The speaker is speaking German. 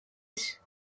ich